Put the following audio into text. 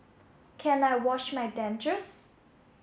can I wash my dentures